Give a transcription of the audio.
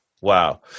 Wow